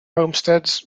homesteads